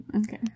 Okay